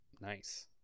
Nice